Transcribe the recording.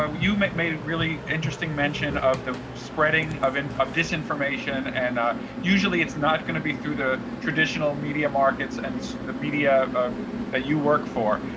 um you made made it really interesting mention of the spreading of and of disinformation and usually it's not going to be through the traditional media markets and the media ah that you work for.